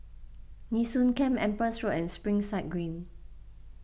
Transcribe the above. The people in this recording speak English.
Nee Soon Camp Empress Road and Springside Green